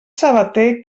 sabater